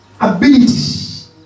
abilities